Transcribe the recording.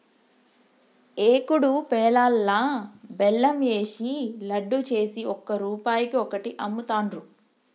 ఏకుడు పేలాలల్లా బెల్లం ఏషి లడ్డు చేసి ఒక్క రూపాయికి ఒక్కటి అమ్ముతాండ్రు